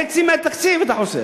חצי מהתקציב אתה חוסך.